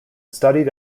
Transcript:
studied